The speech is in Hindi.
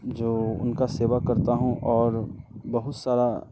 जो उनका सेवा करता हूँ और बहुत सारा